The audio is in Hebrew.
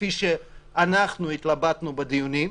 כפי שאנחנו התלבטנו בדיונים,